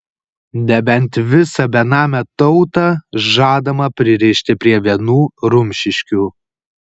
nebent visą benamę tautą žadama pririšti prie vienų rumšiškių